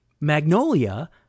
Magnolia